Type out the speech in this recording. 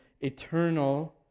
eternal